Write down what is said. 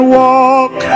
walk